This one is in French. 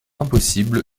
impossible